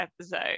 episode